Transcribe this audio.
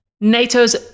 NATO's